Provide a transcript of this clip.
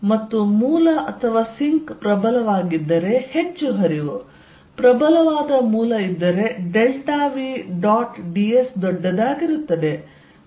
ಮತ್ತು ಮೂಲ ಅಥವಾ ಸಿಂಕ್ ಪ್ರಬಲವಾಗಿದ್ದರೆ ಹೆಚ್ಚು ಹರಿವು ಪ್ರಬಲವಾದ ಮೂಲ ಇದ್ದರೆ ಡೆಲ್ಟಾ V ಡಾಟ್ ds ದೊಡ್ಡದಾಗಿರುತ್ತದೆ